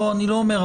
לא, אני לא אומר.